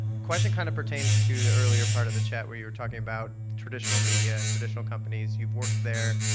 question kind of pertains to the earlier part of the chat where you're talking about traditional media and traditional companies. you've worked there.